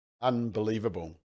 Unbelievable